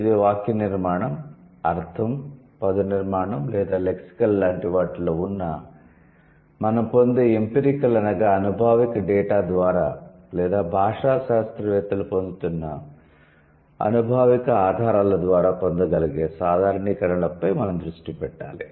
ఇది వాక్యనిర్మాణం అర్థం పదనిర్మాణం లేదా లెక్సికల్ లాంటి వాటిలో ఉన్నా మనం పొందే ఎoపిరికల్ అనగా అనుభావిక డేటా ద్వారా లేదా భాషా శాస్త్రవేత్తలు పొందుతున్న అనుభావిక ఆధారాల ద్వారా పొందగలిగే సాధారణీకరణలపై మనం దృష్టి పెట్టాలి